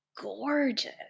gorgeous